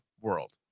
world